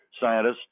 scientists